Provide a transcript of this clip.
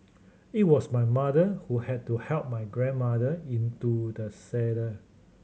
it was my mother who had to help my grandmother into the saddle